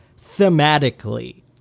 thematically